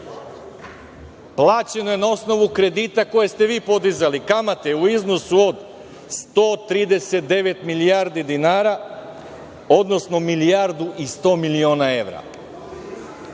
plaćeno je na osnovu kredita koje ste vi podizali kamate u iznosu od 139 milijardi dinara, odnosno milijardu i 100 miliona evra.